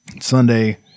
Sunday